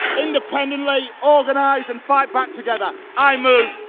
independently, organise and fight back together. i move!